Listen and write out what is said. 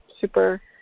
super